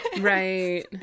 Right